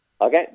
Okay